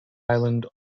island